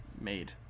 made